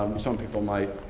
um some people might,